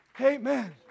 Amen